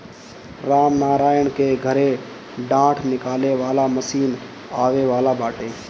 रामनारायण के घरे डाँठ निकाले वाला मशीन आवे वाला बाटे